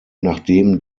nachdem